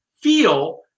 feel